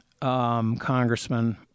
congressman